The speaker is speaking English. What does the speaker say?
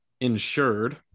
insured